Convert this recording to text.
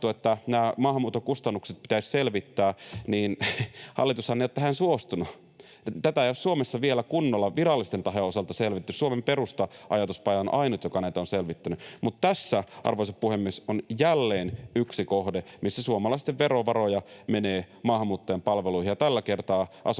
että nämä maahanmuuton kustannukset pitäisi selvittää, niin hallitus ei ole tähän suostunut. Tätä ei ole Suomessa vielä kunnolla virallisten tahojen osalta selvitetty. Suomen Perusta ‑ajatuspaja on ainut, joka näitä on selvittänyt. Mutta tässä, arvoisa puhemies, on jälleen yksi kohde, missä suomalaisten verovaroja menee maahanmuuttajien palveluihin